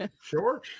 Sure